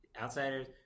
Outsiders